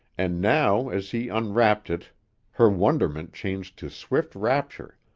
and now as he unwrapped it her wonderment changed to swift rapture.